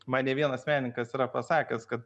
man ne vienas menininkas yra pasakęs kad